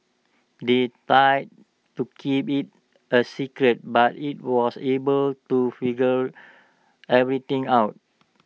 they to keep IT A secret but IT was able to figure everything out